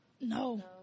No